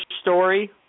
story